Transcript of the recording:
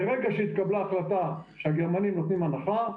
ברגע שהתקבלה החלטה שהגרמנים נותנים הנחה,